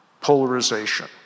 polarization